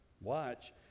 watch